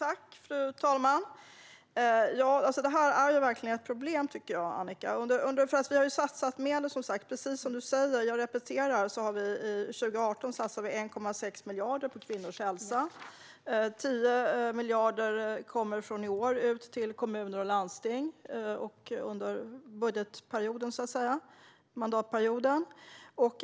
Fru talman! Detta är verkligen ett problem, Annika. Precis som du säger har vi har satsat medel. Jag repeterar: För 2018 har vi satsat 1,6 miljarder på kvinnors hälsa. 10 miljarder kommer från i år ut till kommuner och landsting under budgetperioden och mandatperioden.